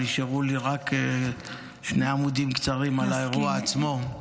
נשארו לי רק שני עמודים קצרים על האירוע עצמו.